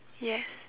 yes